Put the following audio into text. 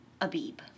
Abib